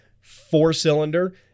four-cylinder